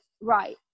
right